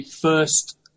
first